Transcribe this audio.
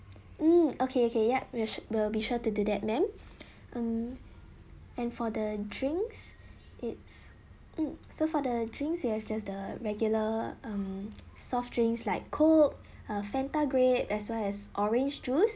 mm okay okay yup we'll we'll be sure to do that ma'am mm and for the drinks it's mm so for the drinks we have just the regular mm soft drinks like coke uh fanta grape as well as orange juice